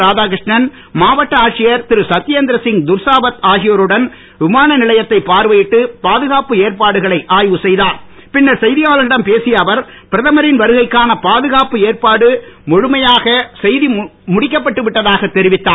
ராதாகிருஷ்ணன் மாவட்ட ஆட்சியர் திருசத்யேந்திரசிங் துர்சாவத் ஆகியோருடன் விமானநிலையத்தைப் பார்வையிட்டு பாதுகாப்பு ஏற்பாடுகளை செய்தியாளர்களிடம் பேசிய அவர் பிரதமரின் வருகைக்கான பாதுகாப்பு ஏற்பாடு முழுமையாக செய்து முடிக்கப்பட்டு விட்டதாகத் தெரிவித்தார்